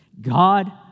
God